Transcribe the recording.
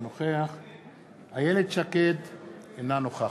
אינו נוכח אלעזר שטרן,